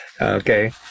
Okay